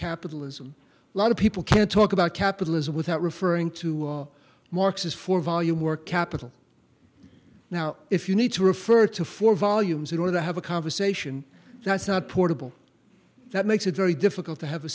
capitalism lot of people can talk about capitalism without referring to marx as for volume or capital now if you need to refer to four volumes in order to have a conversation that's not portable that makes it very difficult to have a